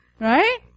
right